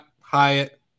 Hyatt